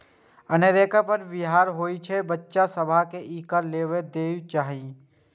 कनेरक फर बिखाह होइ छै, तें बच्चा सभ कें ई नै लेबय देबाक चाही